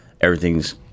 everything's